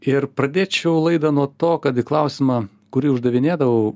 ir pradėčiau laidą nuo to kad į klausimą kurį uždavinėdavau